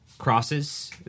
crosses